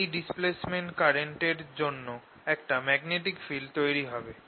এই displacement current এর জন্য একটা ম্যাগনেটিক ফিল্ড তৈরি হবে